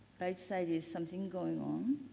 right side is something going on.